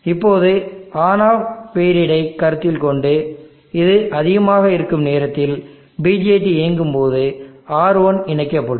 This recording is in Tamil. இப்போது ஆன் ஆஃப் பீரியடை கருத்தில் கொண்டுஇது அதிகமாக இருக்கும் நேரத்தில் BJT இயங்கும் போது R1 இணைக்கப்படும்